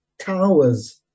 towers